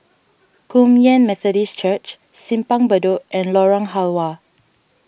Kum Yan Methodist Church Simpang Bedok and Lorong Halwa